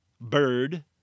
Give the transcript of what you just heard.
bird